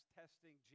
testing